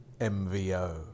MVO